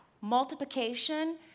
Multiplication